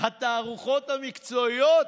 התערוכות המקצועיות.